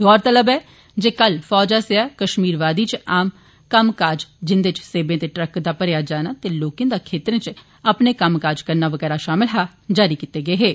गौरतलब ऐ जे कल फौज आस्सेआ कश्मीर वादी च आम कम्मकाज जिन्दे च सेवें दे ट्रकें दा भरेआ जाना ते लोकें दा खेतरें च अपनें कम्मकाज करना बगैरा शामल ऐ जारी कीते गे हे